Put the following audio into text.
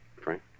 Frank